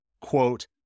quote